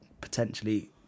potentially